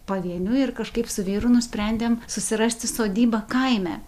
pavieniui ir kažkaip su vyru nusprendėm susirasti sodybą kaime